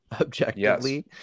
objectively